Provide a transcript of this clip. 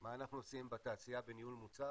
מה אנחנו עושים בתעשייה בניהול מוצר?